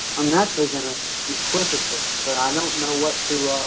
i'm naturally going to be inquisitive but i don't know what to